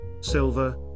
silver